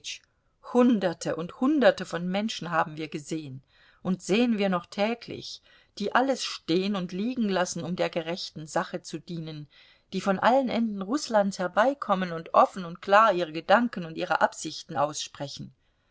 hunderte und hunderte von menschen haben wir gesehen und sehen wir noch täglich die alles stehen und liegenlassen um der gerechten sache zu dienen die von allen enden rußlands herbeikommen und offen und klar ihre gedanken und ihre absichten aussprechen